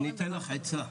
אני אתן לך עצה.